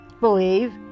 believe